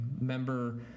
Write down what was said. member